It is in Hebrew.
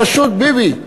בראשות ביבי,